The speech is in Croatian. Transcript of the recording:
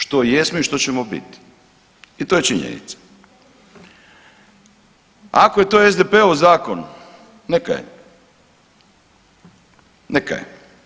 Što jesmo i što ćemo biti i to je činjenica. ako je to SDP-ov zakon, neka je, neka je.